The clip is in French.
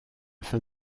fin